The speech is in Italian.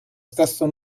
stesso